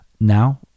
Now